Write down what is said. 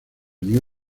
unió